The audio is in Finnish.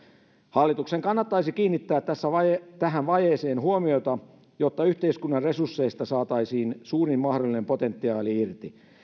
hallituksen kannattaisi kiinnittää tähän vajeeseen huomiota jotta yhteiskunnan resursseista saataisiin suurin mahdollinen potentiaali irti